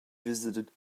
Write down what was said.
visited